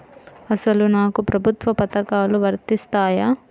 అసలు నాకు ప్రభుత్వ పథకాలు వర్తిస్తాయా?